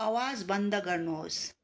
आवाज बन्द गर्नुहोस्